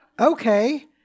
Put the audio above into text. okay